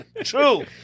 True